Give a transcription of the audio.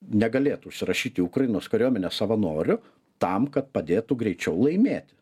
negalėtų užsirašyt į ukrainos kariuomenę savanoriu tam kad padėtų greičiau laimėti